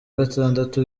gatandatu